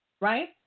right